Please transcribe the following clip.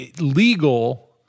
legal